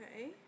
Okay